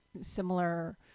similar